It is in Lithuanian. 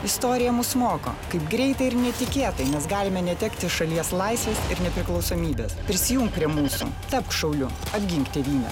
istorija mus moko kaip greitai ir netikėtai mes galime netekti šalies laisvės ir nepriklausomybės prisijunk prie mūsų tapk šauliu apgink tėvynę